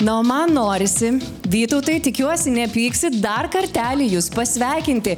na o man norisi vytautai tikiuosi nepyksit dar kartelį jus pasveikinti